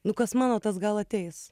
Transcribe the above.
nu kas mano tas gal ateis